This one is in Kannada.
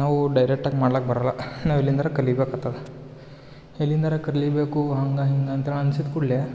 ನಾವು ಡೈರೆಕ್ಟಾಗಿ ಮಾಡ್ಲಿಕ್ ಬರೋಲ್ಲ ನಾವು ಎಲ್ಲಿಂದಾರ ಕಲಿಬೇಕು ಆಗ್ತದ ಎಲ್ಲಿಂದರ ಕಲಿಬೇಕು ಹಂಗೆ ಹಿಂಗೆ ಅಂತೇಳಿ ಅನ್ಸಿದ ಕೂಡಲೇ